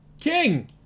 King